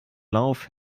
lauf